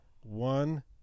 one